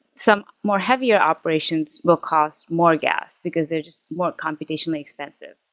some more heavier operations will cost more gas, because they're just more computationally expensive.